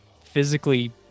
physically